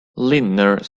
lindner